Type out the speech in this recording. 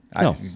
No